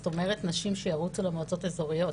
זאת אומרת שנשים שירוצו במועצות האזוריות